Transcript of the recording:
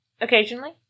occasionally